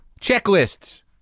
Checklists